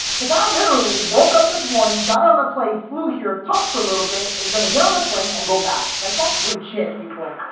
the guy literally woke up this morning, got on a plane, flew here, talked for a little bit, is gonna get on a plane, and go back, like, that's legit, people.